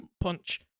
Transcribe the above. punch